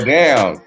down